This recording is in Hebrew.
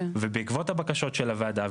ובעקבות הבקשות של הוועדה,